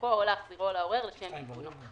למחקו או להחזירו לעורר לשם תיקונו.